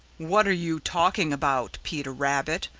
what are you talking about, peter rabbit?